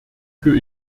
für